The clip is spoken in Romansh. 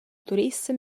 turissem